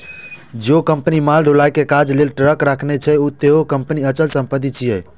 जौं कंपनी माल ढुलाइ के काज लेल ट्रक राखने छै, ते उहो कंपनीक अचल संपत्ति छियै